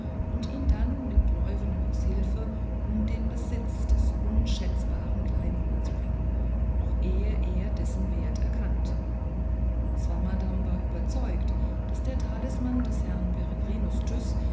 und ihn dann mit leuwenhoeks hilfe um den besitz des unschätzbaren kleinods bringen noch ehe er dessen wert erkannt swammerdamm war überzeugt daß der talisman des herrn